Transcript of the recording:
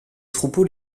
troupeaux